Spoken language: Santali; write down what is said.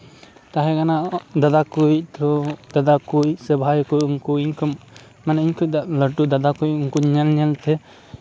ᱛᱟᱦᱮᱸ ᱠᱟᱱᱟ ᱫᱟᱫᱟ ᱠᱚ ᱛᱳ ᱫᱟᱫᱟ ᱠᱚ ᱥᱮ ᱵᱷᱟᱭ ᱠᱚ ᱤᱧ ᱠᱷᱚᱱ ᱩᱱᱠᱩ ᱤᱧ ᱠᱷᱚᱱ ᱢᱟᱱᱮ ᱞᱟᱹᱴᱩ ᱫᱟᱫᱟ ᱠᱚ ᱩᱱᱠᱩ ᱧᱮᱞ ᱧᱮᱞ ᱛᱮ